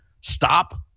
stop